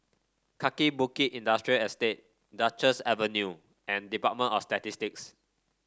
Kaki Bukit Industrial Estate Duchess Avenue and Department of Statistics